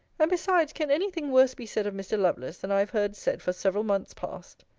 and, besides, can any thing worse be said of mr. lovelace, than i have heard said for several months past?